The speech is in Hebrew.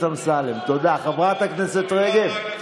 אמר 3,000, הבנתי אותך, חבר הכנסת אמסלם.